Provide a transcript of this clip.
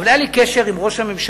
אבל היה לי קשר עם ראש הממשלה,